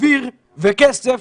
אוויר וכסף,